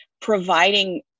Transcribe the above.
providing